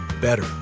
better